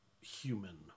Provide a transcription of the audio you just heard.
human